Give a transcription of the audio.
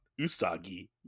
usagi